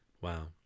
Wow